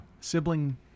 sibling